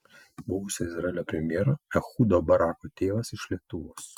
buvusio izraelio premjero ehudo barako tėvas iš lietuvos